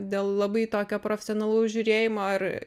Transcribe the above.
dėl labai tokio profesionalaus žiūrėjimo ar